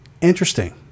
interesting